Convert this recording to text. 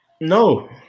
no